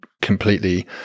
completely